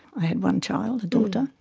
i had one child, a daughter.